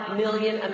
million